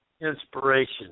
inspiration